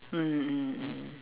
mm mm mm